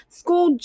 school